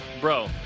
bro